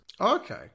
Okay